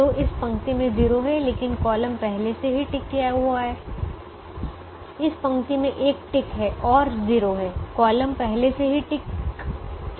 तो इस पंक्ति में 0 है लेकिन कॉलम पहले से ही टिक किया हुआ है इस पंक्ति में एक टिक है और 0 है कॉलम पहले से ही टिक गया है